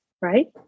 right